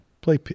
play